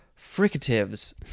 fricatives